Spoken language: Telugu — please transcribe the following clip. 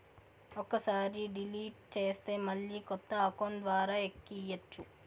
ఒక్కసారి డిలీట్ చేస్తే మళ్ళీ కొత్త అకౌంట్ ద్వారా ఎక్కియ్యచ్చు